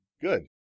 Good